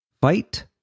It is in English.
Fight